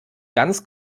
ganz